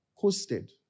coasted